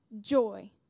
joy